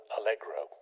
Allegro